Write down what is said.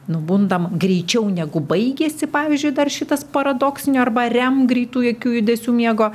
nubundam greičiau negu baigiasi pavyzdžiui dar šitas paradoksinio arba rem greitų akių judesių miego